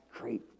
great